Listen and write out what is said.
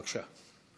בבקשה.